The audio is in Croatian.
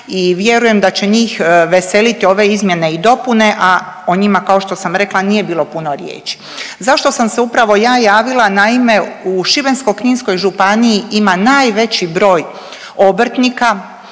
i vjerujem da će njih veseliti ove izmjene i dopune, a o njima kao što sam rekla nije bilo puno riječi. Zašto sam se upravo ja javila? Naime u Šibensko-kninskoj županiji ima najveći broj obrtnika